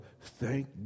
thank